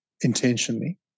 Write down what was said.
intentionally